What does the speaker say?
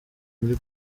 muri